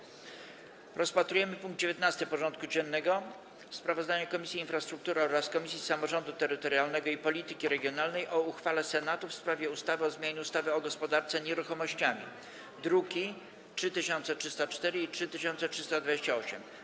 Przystępujemy do rozpatrzenia punktu 19. porządku dziennego: Sprawozdanie Komisji Infrastruktury oraz Komisji Samorządu Terytorialnego i Polityki Regionalnej o uchwale Senatu w sprawie ustawy o zmianie ustawy o gospodarce nieruchomościami (druki nr 3304 i 3328)